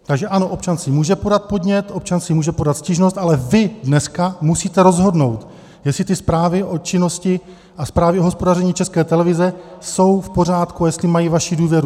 Takže ano, občan si může podat podnět, občan si může podat stížnost, ale vy dneska musíte rozhodnout, jestli ty zprávy o činnosti a zprávy hospodaření České televize jsou v pořádku a jestli mají vaši důvěru.